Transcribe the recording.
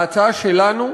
ההצעה שלנו,